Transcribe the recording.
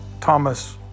Thomas